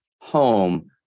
home